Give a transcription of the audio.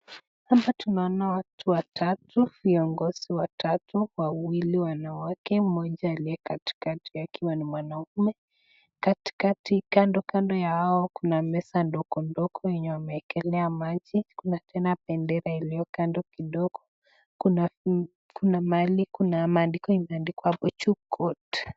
Hapa tunaona watu watatu viongozi watatu wawili wanawake mmoja aliye katikati akiwa ni mwanaume, kando kando yao kuna meza ndogo ndogo yenye wameekelea maji kuna tena bendera iliyo kando kidogo. Kuna mahali kuna maandiko iliyoandikwa hapo juu court.